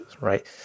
right